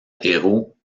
héros